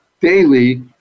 daily